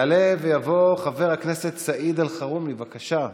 יעלה ויבוא חבר הכנסת סעיד אלחרומי, בבקשה.